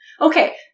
Okay